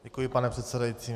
Děkuji, pane předsedající.